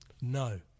No